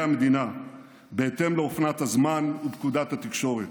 המדינה בהתאם לאופנת הזמן ופקודת התקשורת.